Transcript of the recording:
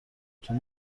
چون